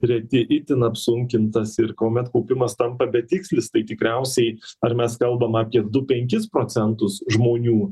reti itin apsunkintas ir kuomet kaupimas tampa betikslis tai tikriausiai ar mes kalbam apie du penkis procentus žmonių